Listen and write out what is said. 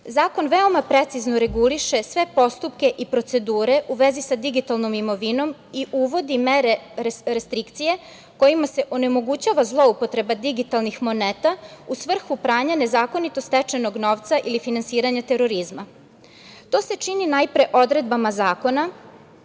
Zakon veoma precizno reguliše sve postupke i procedure u vezi sa digitalnom imovinom i uvodi mere restrikcije kojima se onemogućuje zloupotreba digitalnih moneta u svrhu pranja nezakonito stečenog novca ili finansiranja terorizma. To se čini najpre odredbama zakona